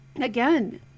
again